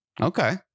Okay